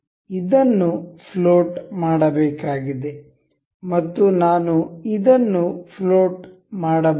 ಇದನ್ನು ಫ್ಲೋಟ್ ಮಾಡಬೇಕಾಗಿದೆ ಮತ್ತು ನಾನು ಇದನ್ನು ಫ್ಲೋಟ್ ಮಾಡಬಹುದು